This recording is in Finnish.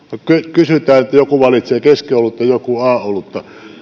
sanotaan että joku valitsee keskiolutta joku a olutta